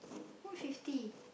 work fifty